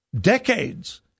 decades